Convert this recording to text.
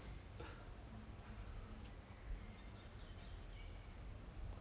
but 他的 so so the thing is if he take up the separation option now right